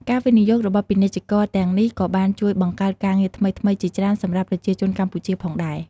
ការវិនិយោគរបស់ពាណិជ្ជករទាំងនេះក៏បានជួយបង្កើតការងារថ្មីៗជាច្រើនសម្រាប់ប្រជាជនកម្ពុជាផងដែរ។